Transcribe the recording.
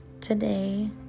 Today